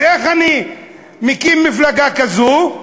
אז איך אני מקים מפלגה כזו?